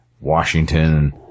Washington